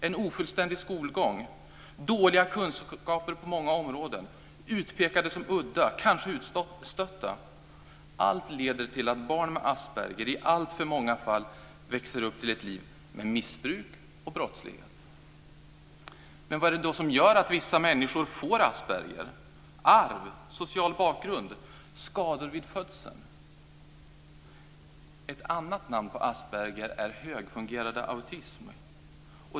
En ofullständig skolgång, dåliga kunskaper på många områden, att bli utpekade som udda och kanske utstötta - allt leder till att barn med Asperger i alltför många fall växer upp till ett liv med missbruk och brottslighet. Vad är det då som gör att vissa människor får Asperger - arv, social bakgrund, skador vid födseln? Ett annat namn på Asperger är högfungerande autism.